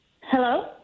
Hello